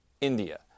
India